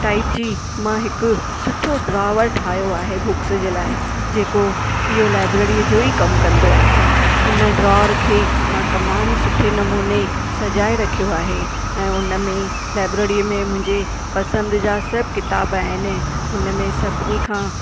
type जी मां हिकु सुठो ड्रॉवर ठाहियो आहे बुक्स जे लाइ जेको इयो लाइब्रेरीअ जो ई कमु कंदो आहे उन ड्रॉर खे मां तमामु सुठे नमूने सजाए रखियो आहे ऐं उनमें लाइब्रेरीअ में मुंहिंजे पसंदि जा सभु क़िताबु आहिनि उनमें सभिनी खां